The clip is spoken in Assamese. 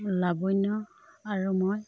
লাৱণ্য আৰু মই